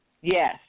Yes